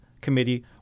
committee